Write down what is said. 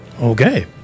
Okay